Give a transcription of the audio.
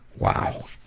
wow.